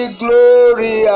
glory